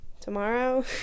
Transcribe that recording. tomorrow